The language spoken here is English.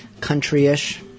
country-ish